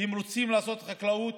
כי אם רוצים לעשות חקלאות,